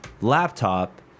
laptop